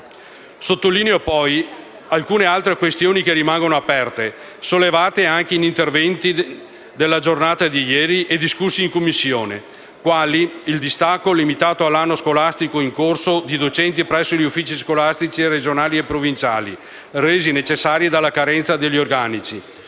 Sottolineo, poi, altre questioni che rimangono aperte, sollevate anche in alcuni interventi della giornata di ieri e discussi in Commissione, quali il distacco, limitato all'anno scolastico in corso, di docenti presso gli uffici scolastici regionali e provinciali, resi necessari dalla carenza degli organici;